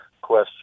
question